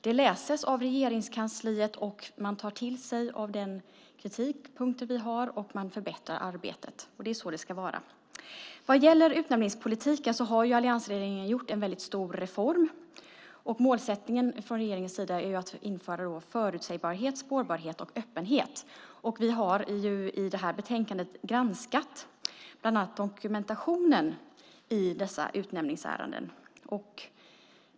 Det läses av Regeringskansliet, man tar till sig av de kritikpunkter vi har, och man förbättrar arbetet. Det är så det ska vara. Vad gäller utnämningspolitiken har alliansregeringen gjort en väldigt stor reform. Målsättningen från regeringen sida är att införa förutsägbarhet, spårbarhet och öppenhet. Vi har i det här betänkandet granskat bland annat dokumentationen i dessa utnämningsärenden.